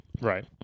Right